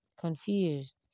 confused